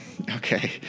Okay